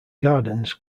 gardens